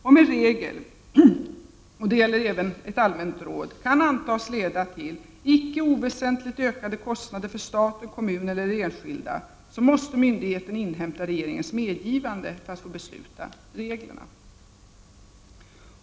Om en regel, och det gäller även ett allmänt råd, kan antas leda till icke oväsentligt ökade kostnader för staten, kommun eller enskilda måste myndigheten inhämta regeringens medgivande för att få besluta om regeln.